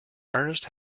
ernest